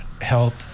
help